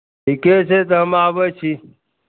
ठीके छै तऽ हम आबै छी